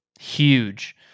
Huge